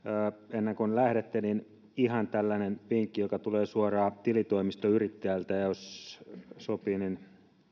ennen kuin lähdette niin ihan tällainen vinkki joka tulee suoraan tilitoimistoyrittäjältä ja jos